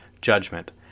Judgment